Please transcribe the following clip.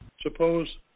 suppose